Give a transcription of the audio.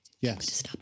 Yes